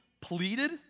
pleaded